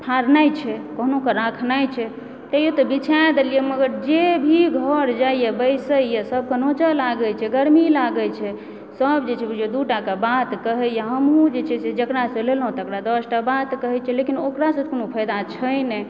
फाड़नाइ छै कहूना कऽ राखनाइ छै कहियो तऽ बिछा देलियै मगर जे भी घर जाइए बइसैए सबके नोचऽ लागै छै गर्मी लागै छै सब जे छै दूटा कऽ बात कहैया हमहु जे छै से जकरासँ लेलहुँ तकरा दशटा बात कहै छियै लेकिन ओकरासँ तऽ कोनो फायदा छै नहि